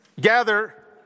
Gather